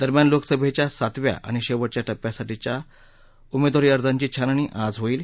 दरम्यान लोकसभेच्या सातव्या आणि शेवटच्या टप्प्यासाठीच्या उमेदवारी अर्जांची छाननी आज होईल